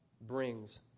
brings